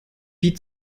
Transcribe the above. wie